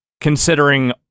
considering